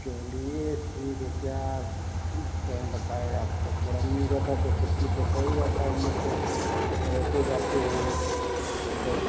चलिए ठीक है क्या कहें बताए आपको थोड़ा मिल जाता तो छुट्टी तो सही रहता उन लोगों को ओ रोते गाते हैं बस